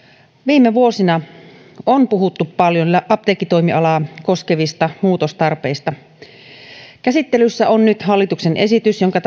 viime vuosina on puhuttu paljon apteekkitoimialaa koskevista muutostarpeista käsittelyssä on nyt hallituksen esitys jonka